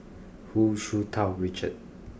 Hu Tsu Tau Richard